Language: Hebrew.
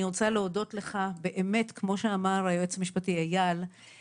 אני רוצה להודות לך באמת כמו שאמר היועץ המשפטי אייל,